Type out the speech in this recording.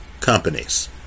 companies